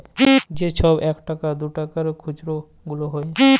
যে ছব ইকটাকা দুটাকার খুচরা গুলা হ্যয়